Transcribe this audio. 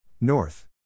North